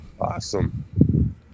Awesome